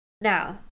Now